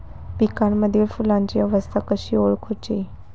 पिकांमदिल फुलांची अवस्था कशी ओळखुची?